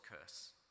curse